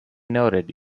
noted